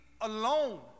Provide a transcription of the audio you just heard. alone